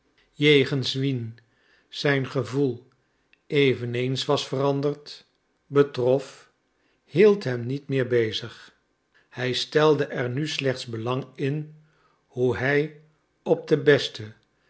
jegens wien zijn gevoel eveneens was veranderd betrof hield hem niet meer bezig hij stelde er nu slechts belang in hoe hij op de beste